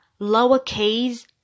Lowercase